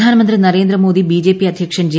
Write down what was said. പ്രധാനമന്ത്രി നരേന്ദ്ര മോദി ബിജെപി അദ്ധ്യക്ഷൻ ജെ